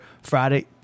Friday